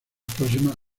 próximas